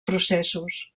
processos